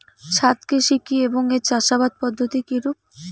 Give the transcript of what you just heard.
ছাদ কৃষি কী এবং এর চাষাবাদ পদ্ধতি কিরূপ?